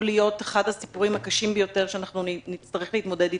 להיות אחד הסיפורים הקשים ביותר שאנחנו נצטרך להתמודד איתם.